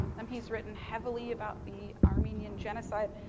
um he's written heavily about the armenian genocide.